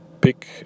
Pick